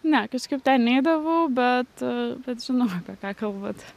ne kažkaip ten neidavau bet žinau apie ką kalbat